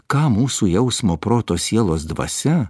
ką mūsų jausmo proto sielos dvasia